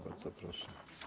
Bardzo proszę.